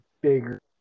bigger